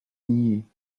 nier